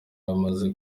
amaze